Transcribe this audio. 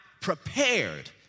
prepared